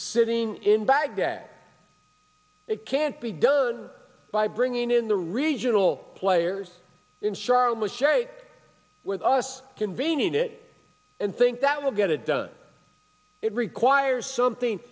sitting in baghdad it can't be done by bringing in the regional players in charlotte share with us convening it and think that will get it done it requires something